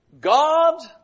God